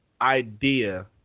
idea